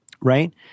right